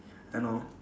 and know